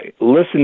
listen